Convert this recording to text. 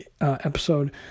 episode